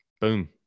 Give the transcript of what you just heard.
boom